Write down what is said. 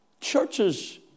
Churches